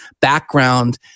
background